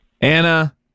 Anna